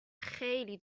خیلی